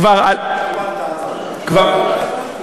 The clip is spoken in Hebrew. כבר עלה, אתה לא רואה שהוא ישן?